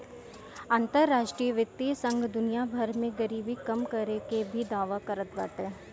अंतरराष्ट्रीय वित्तीय संघ दुनिया भर में गरीबी कम करे के भी दावा करत बाटे